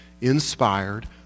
inspired